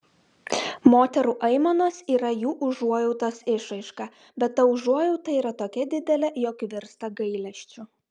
moterų aimanos yra jų užuojautos išraiška bet ta užuojauta yra tokia didelė jog virsta gailesčiu